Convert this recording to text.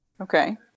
okay